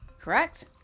Correct